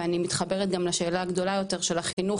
ואני גם מתחברת לשאלה הגדולה יותר של החינוך